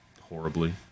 horribly